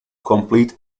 complete